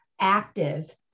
active